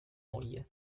moglie